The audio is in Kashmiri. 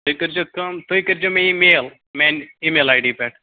تُہۍ کٔرۍزیو کٲم تُہۍ کٔرۍزیو مےٚ یہِ میل میٛانہِ ای میل آی ڈی پٮ۪ٹھ